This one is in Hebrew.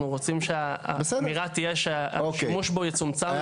האמירה תהיה שהשימוש בו יצומצם.